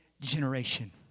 generation